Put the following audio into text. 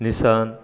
Nissan